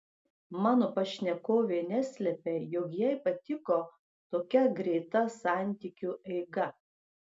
mano pašnekovė neslepia jog jai patiko tokia greita santykiu eiga